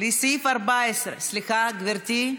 סליחה, גברתי.